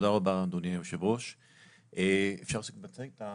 (באמצעות מצגת)